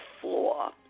floor